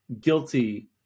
guilty